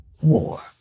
War